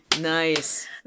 Nice